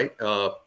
right